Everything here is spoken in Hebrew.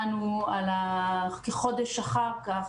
הודענו כחודש אחר כך,